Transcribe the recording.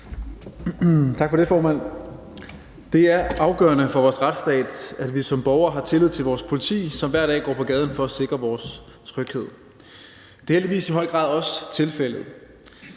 Tak for det, formand. Det er afgørende for vores retsstat, at vi som borgere har tillid til vores politi, som hver dag går på gaden for at sikre vores tryghed, og det er heldigvis i høj grad også tilfældet.